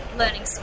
learning